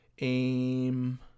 aim